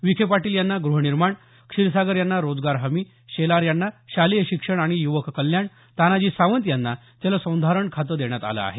विखेपाटील यांना ग्रहनिर्माण क्षीरसागर यांना रोजगार हमी शेलार यांना शालेय शिक्षण आणि युवककल्याण तानाजी सावंत यांना जलसंधारण खातं देण्यात आलं आहे